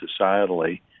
societally